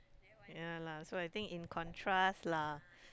ya lah so I think in contrast lah